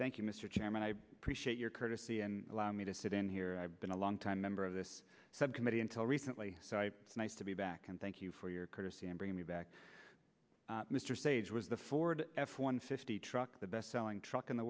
thank you mr chairman i appreciate your courtesy and allow me to sit in here i've been a long time member of this subcommittee until recently it's nice to be back and thank you for your courtesy in bringing me back mr stage was the ford f one fifty truck the best selling truck in the